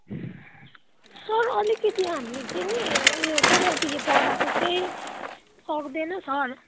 sir अलिकिति हामी चाहिँ नि उयो जोग्राफीले पढाको चाहिँ सक्दैन सर